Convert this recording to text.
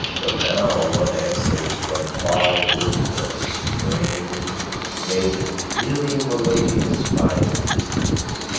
but now one answers from far woods in a strain made really melodious by distance